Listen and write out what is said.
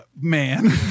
man